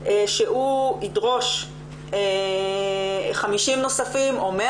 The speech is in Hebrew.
שהוא ידרוש 50 מיליון נוספים או 100